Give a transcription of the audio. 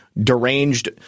deranged